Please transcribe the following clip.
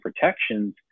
protections